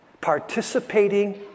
Participating